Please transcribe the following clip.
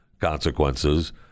consequences